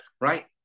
right